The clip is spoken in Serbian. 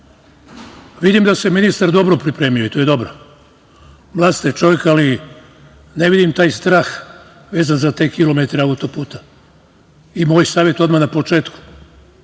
vidim da se ministar dobro pripremio i to je dobro. Mlad ste čovek, ali ne vidim taj strah vezan za te kilometre autoputa. Moj savet, odmah na početku